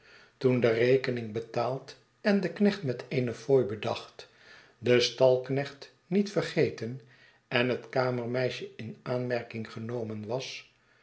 toen de rekening betaald en de knecht met eene fooi bedacht de stalknecht niet vergeten en het kamermeisje in aanmerking genomen was